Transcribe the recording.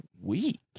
week